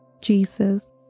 Jesus